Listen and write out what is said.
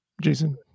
Jason